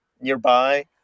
nearby